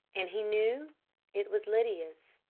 and he knew it was lydia's.